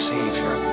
Savior